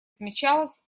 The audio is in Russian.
отмечалось